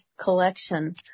collection